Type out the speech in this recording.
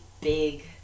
big